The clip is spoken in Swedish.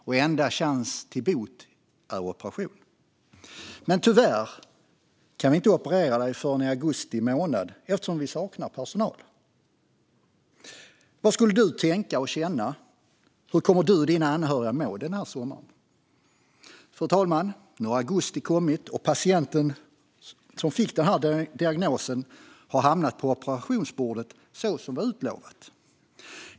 Den enda chansen till bot är operation, men tyvärr kan vi inte operera dig förrän i augusti månad eftersom vi saknar personal. Vad skulle du tänka och känna? Hur skulle du och dina anhöriga må denna sommar? Fru talman! Nu har augusti kommit. Patienten som fick denna diagnos har hamnat på operationsbordet, som utlovats.